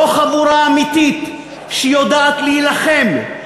לא חבורה אמיתית שיודעת להילחם,